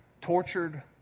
tortured